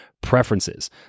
preferences